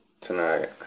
tonight